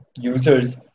users